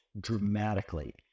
dramatically